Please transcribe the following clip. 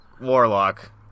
Warlock